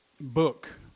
book